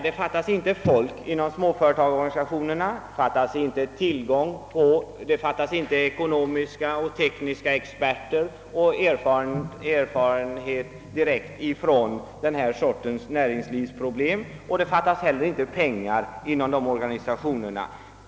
Det fattas inte folk inom småföretagarorganisationerna, det saknas inte ekonomiska och tekniska experter och inte heller erfarenheter direkt från detta slag av näringslivsproblem. Inte heller saknas pengar inom dessa organisationer.